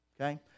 okay